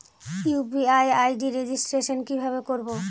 UPI ID registration কিভাবে করব?